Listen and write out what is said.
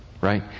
Right